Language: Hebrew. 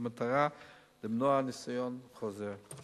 במטרה למנוע ניסיון חוזר.